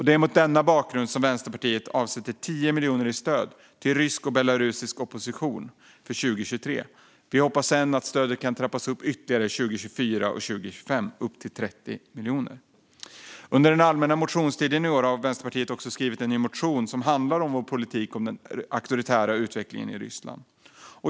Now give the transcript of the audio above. Det är mot denna bakgrund som Vänsterpartiet avsätter 10 miljoner i stöd till rysk och belarusisk opposition för 2023. Vi hoppas sedan att stödet kan trappas upp ytterligare 2024 och 2025 till 30 miljoner. Under årets allmänna motionstid har Vänsterpartiet också skrivit en ny motion om sin politik som handlar om den auktoritära utvecklingen i Ryssland.